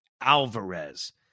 Alvarez